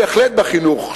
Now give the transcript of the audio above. בהחלט בחינוך,